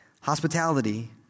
Hospitality